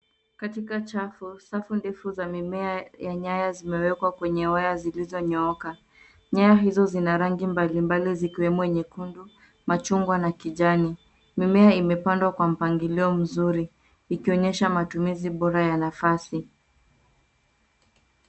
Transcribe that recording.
Katika chafu, safu ndefu za mimea ya nyaya zimewekwa kwenye waya zilizonyooka. Nyaya hizo zina rangi mbalimbali zikiwemo nyekundu, machungwa na kijani. Mimea imepandwa kwa mpangilio mzuri ikionyesha matumizi bora ya nafasi.